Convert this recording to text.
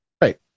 right